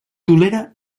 tolera